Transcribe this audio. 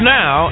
now